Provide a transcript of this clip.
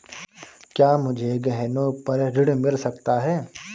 क्या मुझे गहनों पर ऋण मिल सकता है?